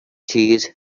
cheese